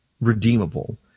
redeemable